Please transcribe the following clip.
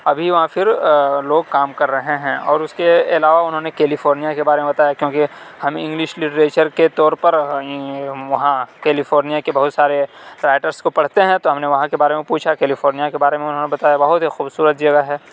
ابھی وہاں پھر لوگ کام کر رہے ہیں اور اس کے علاوہ انہوں نے کیلیفورنیا کے بارے میں بتایا کیوں کہ ہم انگلش لٹریچر کے طور پر وہاں کیلیفورنیا کے بہت سارے رائٹرس کو پڑھتے ہیں تو ہم نے وہاں کے بارے میں پوچھا کیلیفورنیا کے بارے میں انہوں نے بتایا بہت ہی خوبصورت جگہ ہے